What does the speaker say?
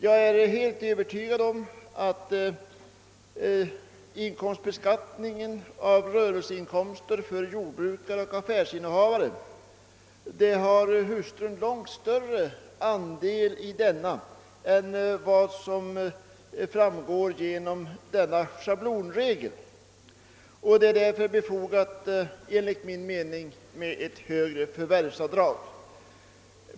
Jag är helt övertygad om att hustrun har långt större andel i rörelseinkomsten för jordbrukare och affärsinnehavare än vad som kommer till uttryck genom denna schablonregel. Det är därför enligt min mening befogat med ett högre förvärvsavdrag.